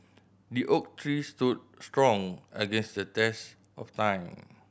the oak tree stood strong against the test of time